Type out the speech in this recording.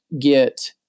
get